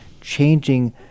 changing